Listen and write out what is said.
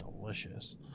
delicious